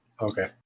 Okay